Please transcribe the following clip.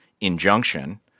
injunction